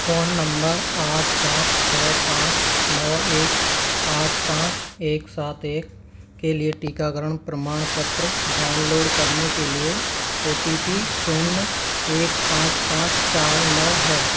phone number आठ सात छ पाँच नौ एक आठ पाँच एक सात एक के लिए टीकाकरण प्रमाणपत्र डाउनलोड करने के लिए ओ टी पी शून्य एक पाँच पाँच चार नौ है